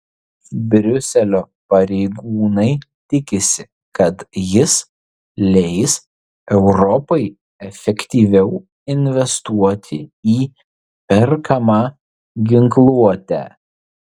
briuselio pareigūnai tikisi kad jis leis europai efektyviau investuoti į perkamą ginkluotę